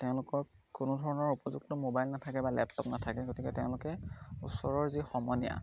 তেওঁলোকক কোনো ধৰণৰ উপযুক্ত মোবাইল নাথাকে বা লেপটপ নাথাকে গতিকে তেওঁলোকে ওচৰৰ যি সমনীয়া